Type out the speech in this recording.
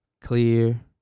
Clear